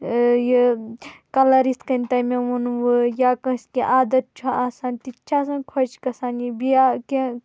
یہِ کَلَر یِتھ کَنۍ تۄہہِ مےٚ وُنوٕ یا کٲنٛسہِ کیٚنٛہہ عادت چھِ آسان تہِ تہِ چھِ آسان خۄش گژھان یہِ یا کیٚنٛہہ